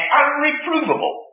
unreprovable